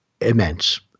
immense